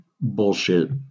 Bullshit